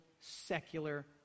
secular